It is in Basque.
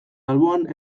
alboan